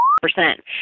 percent